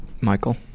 Michael